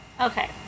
okay